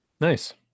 Nice